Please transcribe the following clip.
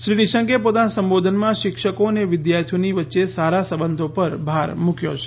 શ્રી નિશંકે પોતાના સંબોદનમાં શિક્ષકો અને વિદ્યાર્થીઓની વચ્ચે સારા સંબંધો પર ભાર મૂક્યો છે